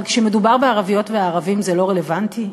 אבל כשמדובר בערביות ובערבים זה לא רלוונטי?